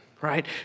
right